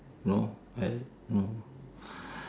no well no